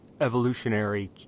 evolutionary